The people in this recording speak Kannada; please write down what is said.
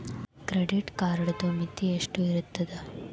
ಕ್ರೆಡಿಟ್ ಕಾರ್ಡದು ಮಿತಿ ಎಷ್ಟ ಇರ್ತದ?